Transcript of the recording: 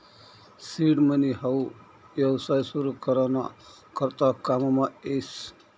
seed money हाऊ येवसाय सुरु करा ना करता काममा येस